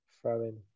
Throwing